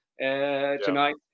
tonight